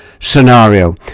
Scenario